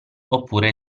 oppure